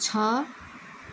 छ